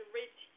rich